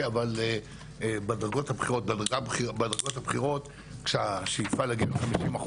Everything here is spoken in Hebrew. אבל בדרגות הבכירות כשהשאיפה להגיע ל-50%,